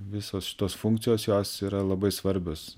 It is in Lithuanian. visos šitos funkcijos jos yra labai svarbios